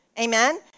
amen